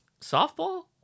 softball